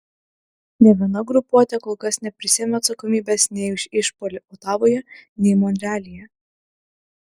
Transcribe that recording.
nė viena grupuotė kol kas neprisiėmė atsakomybės nei už išpuolį otavoje nei monrealyje